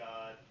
God